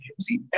see